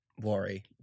worry